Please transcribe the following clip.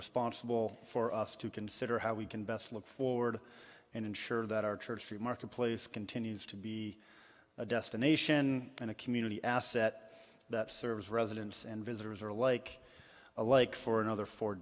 responsible for us to consider how we can best look forward and ensure that our church free marketplace continues to be a destination and a community asset that serves residents and visitors are like a like for another fo